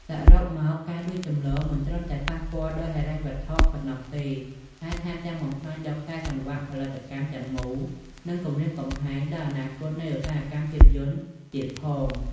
សរុបមក ការលួចចម្លងមិនត្រឹមតែប៉ះពាល់ដល់ហិរញ្ញវត្ថុប៉ុណ្ណោះទេ តែថែមទាំងបំផ្លាញដល់ខ្សែសង្វាក់ផលិតកម្មទាំងមូល និងគំរាមកំហែងដល់អនាគតនៃឧស្សាហកម្មភាពយន្តទៀតផង។